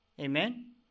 Amen